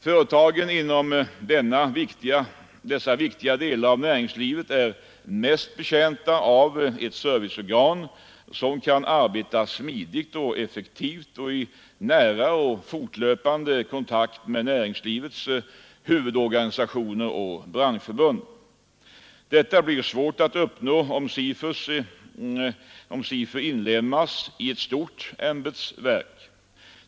Företagen inom dessa viktiga delar av näringslivet är mest betjänta av ett serviceorgan, som kan arbeta smidigt och effektivt och i nära och fortlöpande kontakt med näringslivets huvudorganisationer och branschförbund. Detta blir svårt att uppnå om SIFU inlemmas i ett stort ämbetsverk.